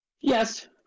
Yes